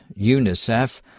UNICEF